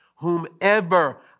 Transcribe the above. Whomever